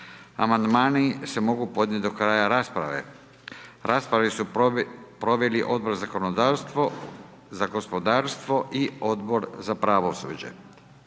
Amandmani se mogu podnijeti do kraja rasprave. Raspravu su proveli Odbor za zakonodavstvo, za gospodarstvo i Odbor za pravosuđe.